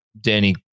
Danny